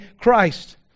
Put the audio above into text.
Christ